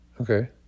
Okay